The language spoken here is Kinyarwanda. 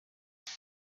muri